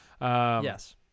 Yes